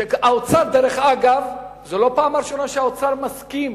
האוצר, דרך אגב, זו לא הפעם הראשונה שהאוצר מסכים.